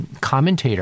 commentator